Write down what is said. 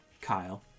Kyle